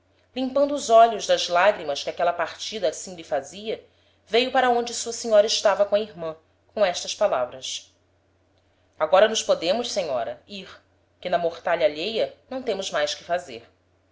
limpando os olhos das lagrimas que aquela partida assim lhe fazia veio para onde sua senhora estava com a irman com estas palavras agora nos podemos senhora ir que na mortalha alheia não temos mais que fazer